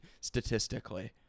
statistically